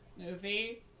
movie